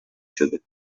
شده